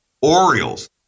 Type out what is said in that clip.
Orioles